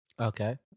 Okay